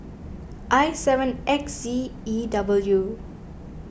I seven X Z E W